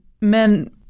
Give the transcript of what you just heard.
men